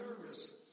nervous